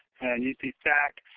and you see sack.